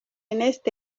ernest